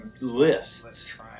lists